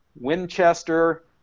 Winchester